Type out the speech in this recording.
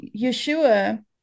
Yeshua